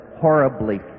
horribly